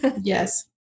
Yes